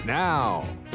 Now